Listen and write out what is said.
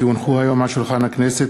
כי הונחו היום על שולחן הכנסת,